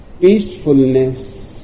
peacefulness